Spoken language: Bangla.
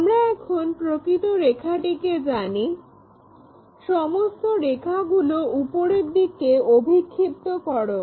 আমরা এখন প্রকৃত রেখাটিকে জানি সমস্ত রেখাগুলোকে উপরের দিকে অভিক্ষিপ্ত করো